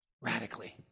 Radically